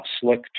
slick